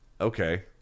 Okay